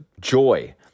joy